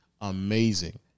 amazing